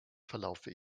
verlaufe